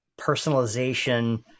personalization